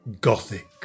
gothic